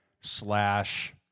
slash